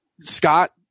Scott